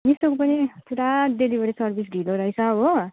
मिसोको पनि पुरा delivery service ढिलो रहेछ हो